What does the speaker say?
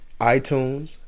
iTunes